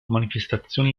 manifestazioni